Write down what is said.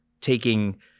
taking